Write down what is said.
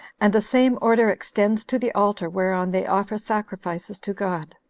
and the same order extends to the altar whereon they offer sacrifices to god.